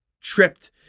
tripped